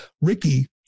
Ricky